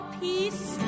peace